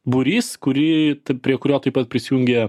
būrys kurį prie kurio taip pat prisijungė